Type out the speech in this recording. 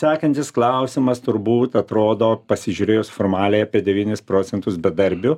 sekantis klausimas turbūt atrodo pasižiūrėjus formaliai apie devynis procentus bedarbių